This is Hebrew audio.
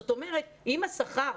זאת אומרת אם השכר,